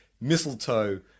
mistletoe